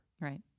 right